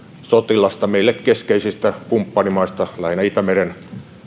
sotilasta meille keskeisistä kumppanimaista lähinnä itämeren